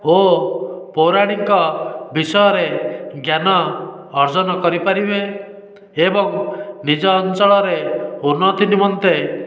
ଓ ପୌରାଣିକ ବିଷୟରେ ଜ୍ଞାନ ଅର୍ଜନ କରିପାରିବେ ଏବଂ ନିଜ ଅଞ୍ଚଳରେ ଉନ୍ନତି ନିମନ୍ତେ